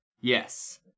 Yes